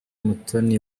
umutoni